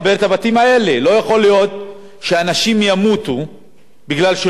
לא יכול להיות שאנשים ימותו מפני שהם לא מחוברים לחשמל,